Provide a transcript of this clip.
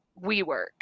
WeWork